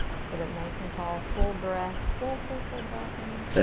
sit up nice and tall, full breath, full, full, full breath in.